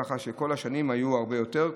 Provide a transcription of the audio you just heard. כך שכל השנים היו הרבה יותר,